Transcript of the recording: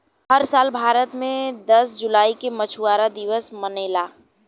हर साल भारत मे दस जुलाई के मछुआरा दिवस मनेला